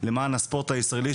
למען הספורט הישראלי,